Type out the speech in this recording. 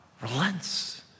relents